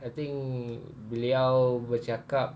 I think beliau bercakap